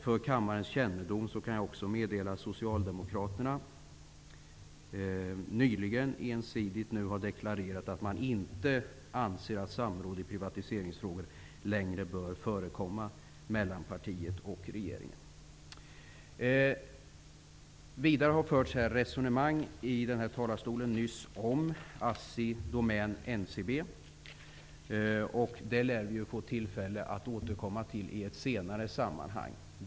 För kammarens kännedom kan jag också meddela att Socialdemokraterna nyligen ensidigt har deklarat att man inte anser att samråd i privatiseringsfrågor längre bör förekomma mellan partiet och regeringen. Nyss fördes ett resonemang i talarstolen om ASSI, Domän och NCB. Det lär vi få tillfälle att återkomma till i ett senare sammanhang.